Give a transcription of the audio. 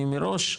אני מראש,